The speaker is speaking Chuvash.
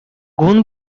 кун